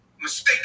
mistake